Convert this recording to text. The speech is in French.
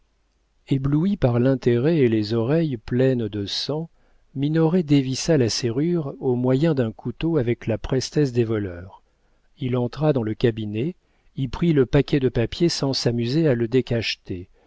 ébloui par l'intérêt et les oreilles pleines de sang minoret dévissa la serrure au moyen d'un couteau avec la prestesse des voleurs il entra dans le cabinet y prit le paquet de papiers sans s'amuser à le décacheter